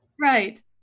Right